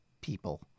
people